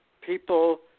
people